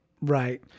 Right